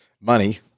money